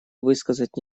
высказать